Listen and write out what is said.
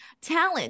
talent